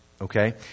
okay